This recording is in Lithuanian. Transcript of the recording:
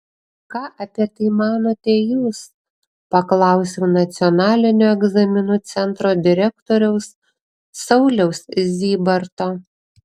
ką apie tai manote jūs paklausiau nacionalinio egzaminų centro direktoriaus sauliaus zybarto